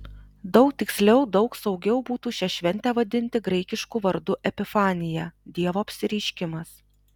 daug tiksliau daug saugiau būtų šią šventę vadinti graikišku vardu epifanija dievo apsireiškimas